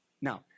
Now